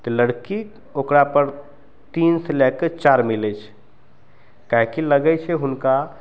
तऽ लड़की ओकरापर तीनसँ लए कऽ चारि मिलय छै काहे कि लगय छै हुनका